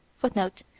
footnote